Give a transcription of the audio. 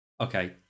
Okay